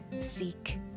seek